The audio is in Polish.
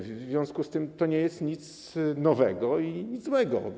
W związku z tym to nie jest nic nowego ani nic złego.